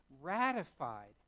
ratified